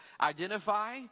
identify